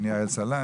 עורכת דין יעל סלנט,